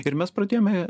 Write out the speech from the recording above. ir mes pradėjome